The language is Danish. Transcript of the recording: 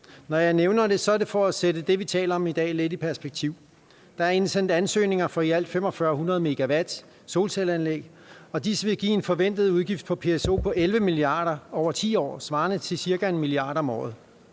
Når jeg nævner det, er det for at sætte det, vi taler om i dag, lidt i perspektiv. Der er indsendt ansøgninger for i alt 4.500 MW solcelleanlæg, og disse vil give en forventet udgift i PSO på 11 mia. kr. over 10 år, svarende til ca. 1 mia. kr. om året.